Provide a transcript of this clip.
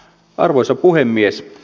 arvoisa puhemies